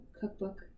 cookbook